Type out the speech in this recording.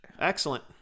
Excellent